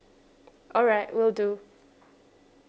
alright will do